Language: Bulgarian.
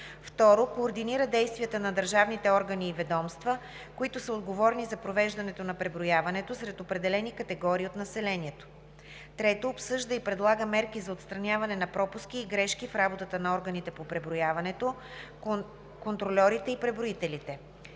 2. координира действията на държавните органи и ведомства, които са отговорни за провеждането на преброяването сред определени категории от населението; 3. обсъжда и предлага мерки за отстраняване на пропуски и грешки в работата на органите по преброяването, контрольорите и преброителите;